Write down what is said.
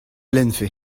lennfe